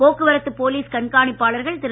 போக்குவரத்து போலீஸ் கண்காணிப்பாளர்கள் திரு